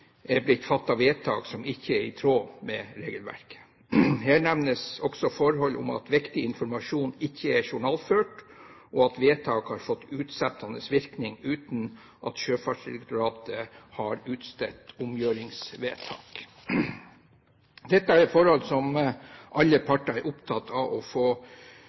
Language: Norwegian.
er blitt fattet vedtak som ikke er i tråd med regelverket. Her nevnes også forhold som at viktig informasjon ikke er journalført, og at vedtak har fått utsettende virkning uten at Sjøfartsdirektoratet har utstedt omgjøringsvedtak. Dette er forhold som alle parter er opptatt av å